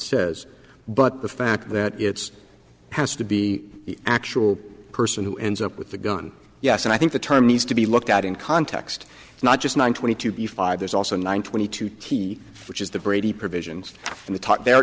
says but the fact that it's has to be the actual person who ends up with the gun yes and i think the term needs to be looked at in context not just one twenty two b five there's also nine twenty two key which is the brady provisions in the t